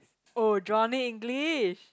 oh Johnny-English